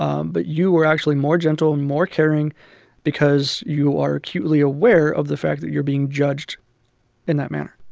um but you were actually more gentle, more caring because you are acutely aware of the fact that you're being judged in that manner